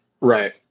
Right